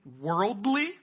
worldly